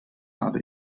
habe